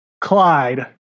Clyde